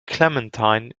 clementine